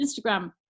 Instagram